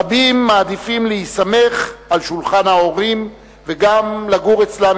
רבים מעדיפים להיסמך על שולחן ההורים וגם לגור אצלם,